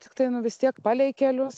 tiktai nu vis tiek palei kelius